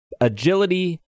Agility